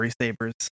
sabers